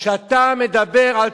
כשאתה מדבר על